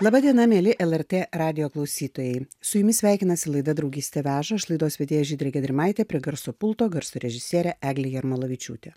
laba diena mieli lrt radijo klausytojai su jumis sveikinasi laida draugystė veža aš laidos vedėja žydrė gedrimaitė prie garso pulto garso režisierė eglė jarmolavičiūtė